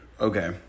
Okay